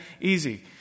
easy